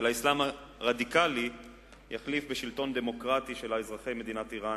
של האסלאם הרדיקלי יוחלף בשלטון דמוקרטי של אזרחי מדינת אירן,